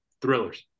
thrillers